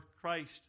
Christ